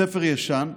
בספר ישן,